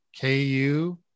KU